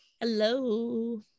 Hello